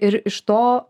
ir iš to